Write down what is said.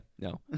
no